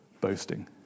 boasting